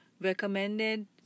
recommended